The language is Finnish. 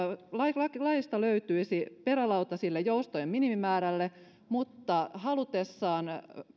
laista löytyisi perälauta sille joustojen minimimäärälle mutta halutessaan